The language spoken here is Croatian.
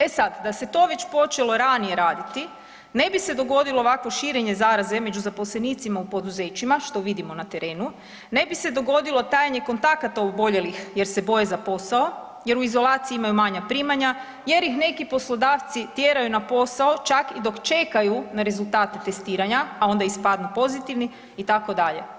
E sad, da se to već počelo ranije raditi, ne bi se dogodilo ovakvo širenje zaraze među zaposlenicima u poduzećima, što vidimo na terenu, ne bi se dogodilo tajenje kontakata oboljelih jer se boje za posao jer u izolaciji imaju manja primanja, jer si neki poslodavci tjeraju na posao čak i dok čekaju na rezultate testiranja, a onda ispadnu pozitivni, itd.